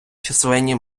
численні